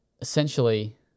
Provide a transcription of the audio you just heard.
essentially